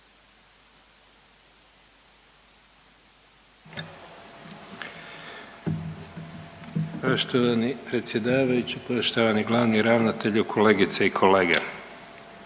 Poštovani predsjedavajući, poštovani glavni ravnatelju, kolegice i kolege.